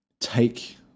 take